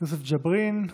יוסף ג'בארין,